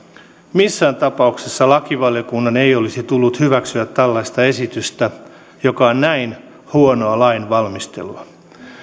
missään tapauksessa lakivaliokunnan ei olisi tullut hyväksyä tällaista esitystä joka on näin huonoa lainvalmistelua